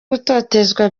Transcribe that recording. gutotezwa